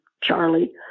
Charlie